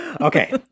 Okay